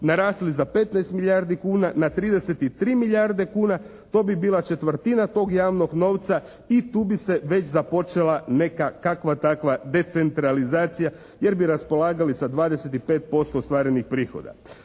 narasli za 15 milijardi kuna na 33 milijarde kuna. To bi bila četvrtina tog javnog novca i tu bi se već započela neka kakva takva decentralizacija jer bi raspolagali sa 25% ostvarenih prihoda.